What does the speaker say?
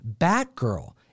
Batgirl